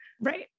Right